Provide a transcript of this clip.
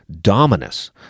Dominus